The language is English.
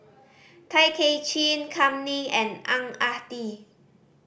Tay Kay Chin Kam Ning and Ang Ah Tee